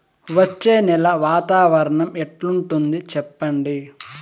వచ్చే నెల వాతావరణం ఎట్లుంటుంది చెప్పండి?